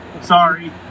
sorry